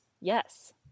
Yes